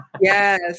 Yes